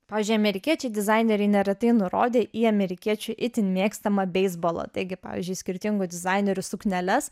pavyzdžiui amerikiečiai dizaineriai neretai nurodė į amerikiečių itin mėgstamą beisbolą taigi pavyzdžiui skirtingų dizainerių sukneles